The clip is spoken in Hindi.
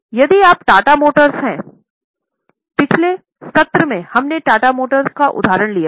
यदि आप टाटा मोटर्स हैं पिछले सत्र में हमने टाटा मोटर्स का उदाहरण लिया था